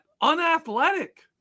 unathletic